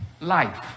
life